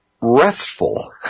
restful